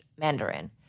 Mandarin